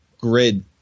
grid